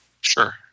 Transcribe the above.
Sure